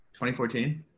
2014